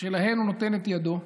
שלהן הוא נותן את ידו.